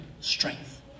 strength